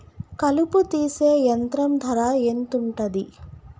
కలుపు తీసే యంత్రం ధర ఎంతుటది?